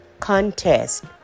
contest